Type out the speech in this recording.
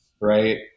right